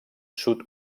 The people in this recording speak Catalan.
sud